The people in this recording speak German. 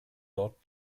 dort